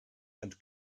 and